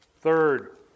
Third